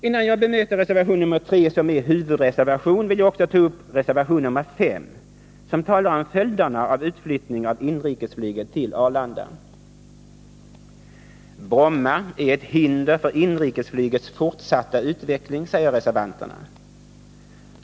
Innan jag bemöter reservation 3, som är huvudreservation, vill jag också ta upp reservation 5, som talar om följderna av utflyttning av inrikesflyget till Arlanda. Bromma är ett hinder för inrikesflygets fortsatta utveckling, säger reservanterna.